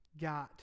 got